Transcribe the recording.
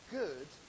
good